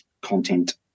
content